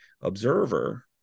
observer